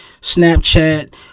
Snapchat